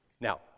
Now